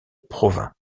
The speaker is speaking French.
provins